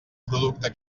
producte